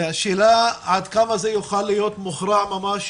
השאלה עד כמה זה יוכל להיות מוכרע ממש